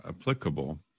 applicable